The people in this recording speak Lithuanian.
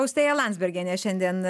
austėja landsbergienė šiandien